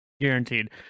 guaranteed